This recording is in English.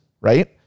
Right